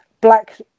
black